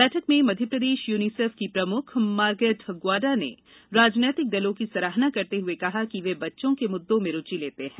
बैठक में मध्यप्रदेश यूनीसेफ की प्रमुख श्रीमती मार्गेट ग्वाडा ने राजनीतिक दलों की सराहना करते हुए कहा कि वे बच्चों के मुद्दो में रुचि लेते हैं